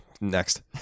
Next